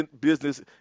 business